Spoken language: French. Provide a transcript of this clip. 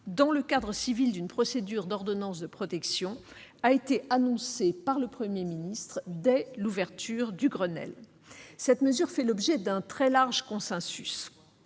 dans le cadre civil d'une procédure d'ordonnance de protection, a été annoncée par le Premier ministre dès l'ouverture du Grenelle. Cette mesure fait l'objet d'un très large consensus.